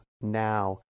Now